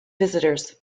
visitors